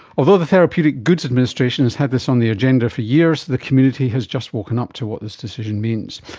although the therapeutic goods administration has had this on the agenda for years, the community has just woken up to what this decision means.